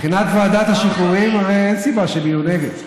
מבחינת ועדת השחרורים, אין סיבה שהם יהיו נגד.